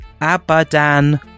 abadan